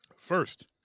First